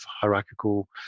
hierarchical